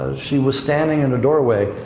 she was standing in a doorway,